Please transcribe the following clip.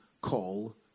call